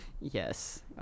Yes